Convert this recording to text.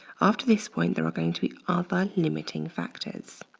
after this point, there are going to be other limiting factors.